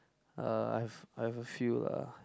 uh I've I've a few lah